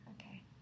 Okay